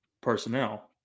personnel